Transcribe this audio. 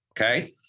Okay